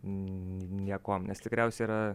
niekuom nes tikriausiai yra